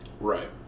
Right